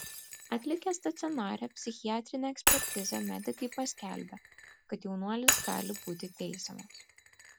atlikę stacionarią psichiatrinę ekspertizę medikai paskelbė kad jaunuolis gali būti teisiamas